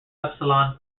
epsilon